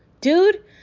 Dude